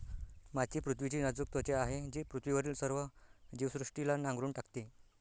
माती ही पृथ्वीची नाजूक त्वचा आहे जी पृथ्वीवरील सर्व जीवसृष्टीला नांगरून टाकते